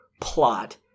plot